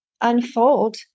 unfold